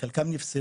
לקח